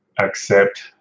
accept